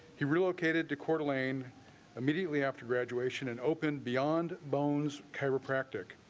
he relocated to court lane immediately after graduation and opened beyond bones chiropractic.